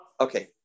Okay